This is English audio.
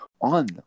on